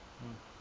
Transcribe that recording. mm